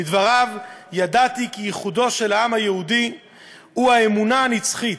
לדבריו: ידעתי כי ייחודו של העם היהודי הוא האמונה הנצחית.